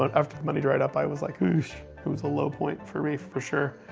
after the money due write up i was like, oosh. it was a low point for me for sure.